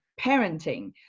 parenting